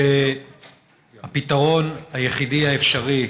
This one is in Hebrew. שהפתרון היחידי האפשרי